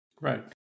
Right